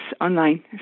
online